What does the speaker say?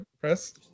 press